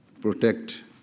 protect